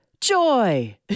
Joy